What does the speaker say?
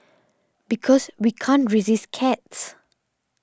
because we can't resist cats